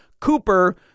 Cooper